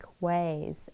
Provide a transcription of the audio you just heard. ways